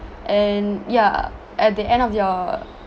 and ya at the end of your